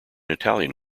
italian